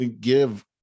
give